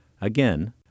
again